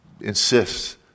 insists